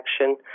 action